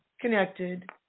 connected